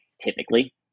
typically